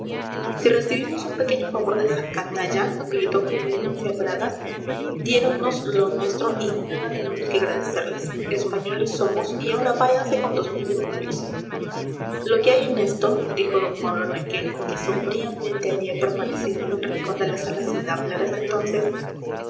si recibimos un pequeño favor de esa canalla gritó con vehemencia bragas diéronnos lo nuestro y nada tenemos que agradecerles españoles somos y ahora váyanse con dos mil demonios lo que hay en esto dijo d mauro requejo que sombríamente había permanecido en un rincón de la sala sin hablar hasta entonces